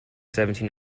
seventy